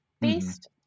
based